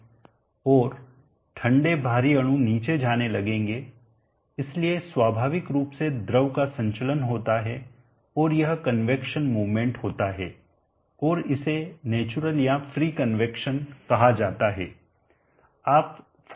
और ठंडे भारी अणु नीचे जाने लगेंगे इसलिए स्वाभाविक रूप से द्रव का संचलन होता है और यह कन्वैक्शन मूवमेंट होता है और इसे नेचुरल या फ्री कन्वैक्शन कहा जाता है